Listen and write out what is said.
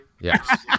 Yes